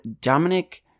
Dominic